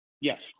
yes